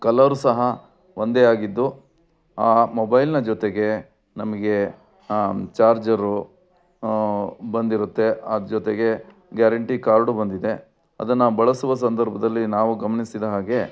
colour ಸಹ ಒಂದೇ ಆಗಿದ್ದು ಆ ಮೊಬೈಲ್ನ ಜೊತೆಗೆ ನಮಗೆ ಚಾರ್ಜರು ಬಂದಿರುತ್ತೆ ಅದು ಜೊತೆಗೆ ಗ್ಯಾರಂಟಿ ಕಾರ್ಡು ಬಂದಿದೆ ಅದನ್ನು ಬಳಸುವ ಸಂದರ್ಭದಲ್ಲಿ ನಾವು ಗಮನಿಸಿದ ಹಾಗೇ